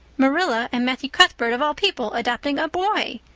marilla and matthew cuthbert of all people adopting a boy!